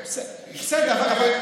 בסדר.